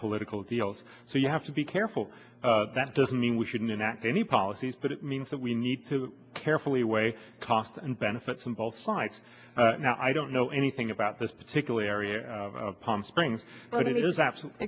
political deals so you have to be careful that doesn't mean we shouldn't enact any policies but it means that we need to carefully weigh costs and benefits from both sides now i don't know anything about this particular area of palm springs but it is absolutely